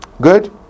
Good